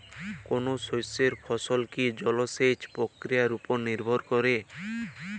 কোনো শস্যের ফলন কি জলসেচ প্রক্রিয়ার ওপর নির্ভর করে?